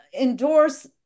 endorse